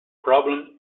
problem